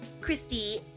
Christy